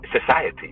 society